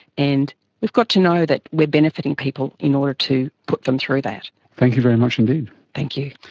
and we've got to know that we are benefiting people in order to put them through that. thank you very much indeed. thank you.